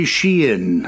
Sheehan